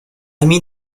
mean